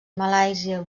malàisia